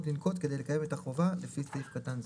לנקוט כדי לקיים את החובה לפי סעיף קטן זה.